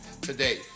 today